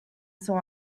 saw